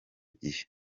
gihe